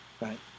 right